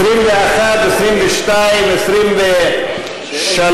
מ-21 עד 54. 21, 22, 23,